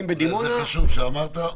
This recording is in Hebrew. זה חשוב שאמרת.